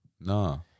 No